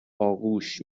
آغوش